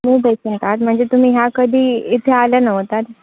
new patient आत म्हणजे तुम्ही ह्या कधी इथे आल्या नव्हतात